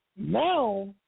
Now